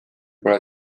pole